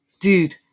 Dude